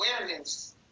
awareness